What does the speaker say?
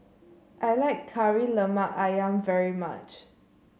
I like Kari Lemak ayam very much